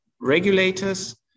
regulators